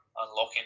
unlocking